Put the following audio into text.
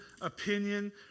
opinion